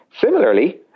similarly